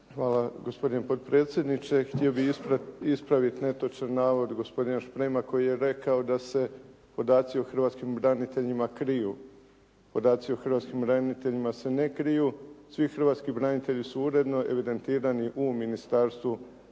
Hvala gospodine potpredsjedniče. Htio bih ispraviti netočan navod gospodina Šprema koji je rekao da se podaci o hrvatskim braniteljima kriju. Podaci o hrvatskim braniteljima se ne kriju. Svi hrvatski branitelji su uredno evidentirani u Ministarstvu